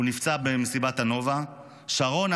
הוא נפצע במסיבת הנובה, שרון,